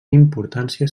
importància